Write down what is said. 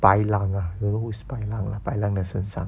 白狼啊 you know who's 白狼啦白狼的身上